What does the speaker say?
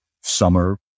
summer